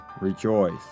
rejoice